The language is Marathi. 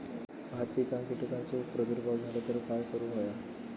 भात पिकांक कीटकांचो प्रादुर्भाव झालो तर काय करूक होया?